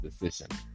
decision